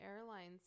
Airlines